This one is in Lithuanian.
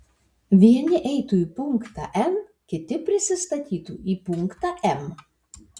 vieni eitų į punktą n kiti prisistatytų į punktą m